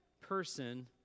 person